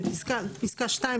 בפסקה (2),